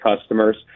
customers